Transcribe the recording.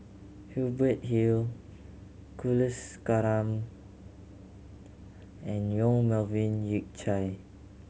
Hubert Hill Kulasekaram and Yong Melvin Yik Chye